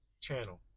channel